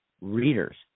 readers